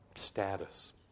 Status